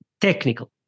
technical